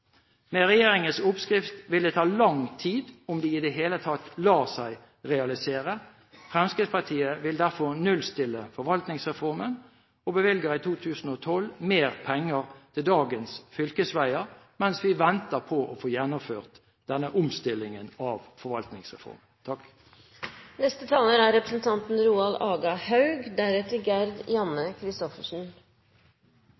Med regjeringens oppskrift vil dette ta lang tid å realisere, om det i det hele tatt lar seg realisere. Fremskrittspartiet vil derfor nullstille Forvaltningsreformen, og bevilger i 2012 mer penger til dagens fylkesveier – mens vi venter på å få gjennomført denne omstillingen av